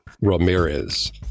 Ramirez